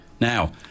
Now